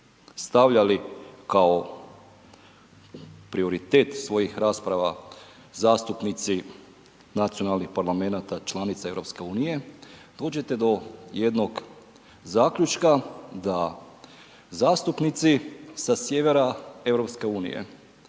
stavljali kao prioritet svojih rasprava zastupnici nacionalnih parlamenata članica EU, dođete do jednog zaključka da zastupnici sa sjevera EU